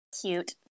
cute